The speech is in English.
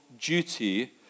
duty